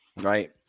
right